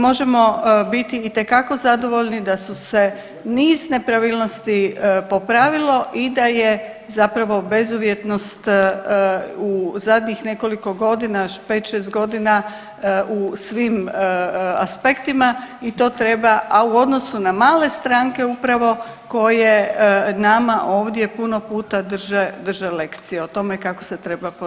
Možemo biti itekako zadovoljni da su se niz nepravilnosti popravilo i da je zapravo bezuvjetnost u zadnjih nekoliko godina 5-6 godina u svim aspektima i to treba, a u odnosu na male stranke upravo koje nama ovdje puno puta drže, drže lekcije o tome kako se treba